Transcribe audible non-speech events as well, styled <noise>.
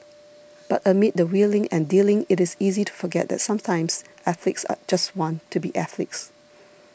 but amid the wheeling and dealing it is easy to forget that sometimes athletes <hesitation> just want to be athletes